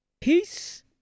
peace